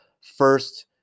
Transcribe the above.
first